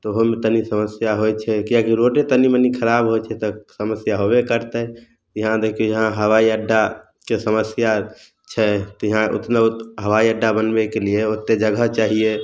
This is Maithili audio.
तऽ ओहोमे तनी समस्या होइत छै किआकि रोडे तनी मनी खराब होइत छै तऽ समस्या होयबे करतै इहाँ देखियौ इहाँ हवाइ अड्डाके समस्या छै तऽ इहाँ ओतना हवाइ अड्डा बनबैके लिए ओतेक जगह चाहिए